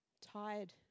tired